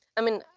i mean,